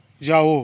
जाओ